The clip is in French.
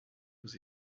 aux